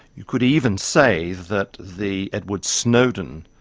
you could even say that the edward snowden,